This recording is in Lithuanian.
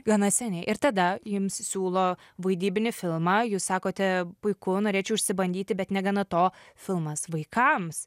gana seniai ir tada jums siūlo vaidybinį filmą jūs sakote puiku norėčiau išsibandyti bet negana to filmas vaikams